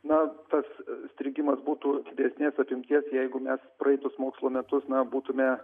na tas užstrigimas būtų didesnės apimties jeigu mes praeitus mokslo metus na būtume